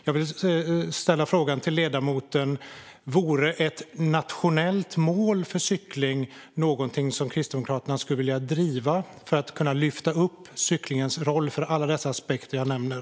Jag vill därför ställa frågan till ledamoten om ett nationellt mål för cykling vore någonting som Kristdemokraterna skulle vilja driva för att kunna lyfta upp cyklingens roll för alla de aspekter som jag nämner.